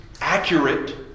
accurate